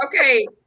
okay